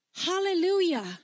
Hallelujah